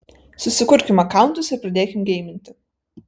susikurkim akauntus ir pradėkim geiminti